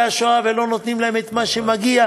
השואה ולא נותנים להם את מה שמגיע,